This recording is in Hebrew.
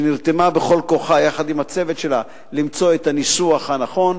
שנרתמה בכל כוחה יחד עם הצוות שלה למצוא את הניסוח הנכון,